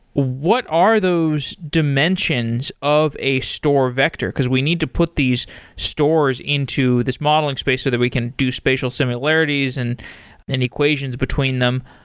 what are those dimensions of a store vector? because we need to put these stores into this modeling space, so that we can do spatial similarities and and equations between them.